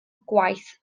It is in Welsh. gwaith